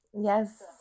Yes